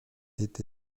été